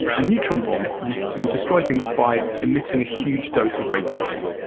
a neutron bomb will destroy things by emitting a huge dose of radiation.